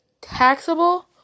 taxable